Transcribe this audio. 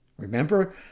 Remember